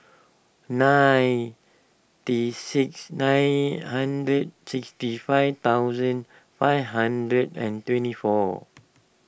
nine tea six nine hundred sixty five thousand five hundred and twenty four